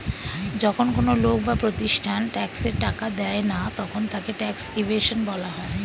যখন কোন লোক বা প্রতিষ্ঠান ট্যাক্সের টাকা দেয় না তখন তাকে ট্যাক্স ইভেশন বলা হয়